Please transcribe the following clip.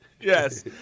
Yes